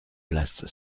place